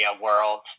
world